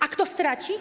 A kto straci?